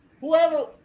whoever